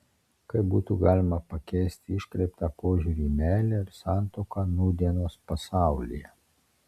kaip būtų galima pakeisti iškreiptą požiūrį į meilę ir santuoką nūdienos pasaulyje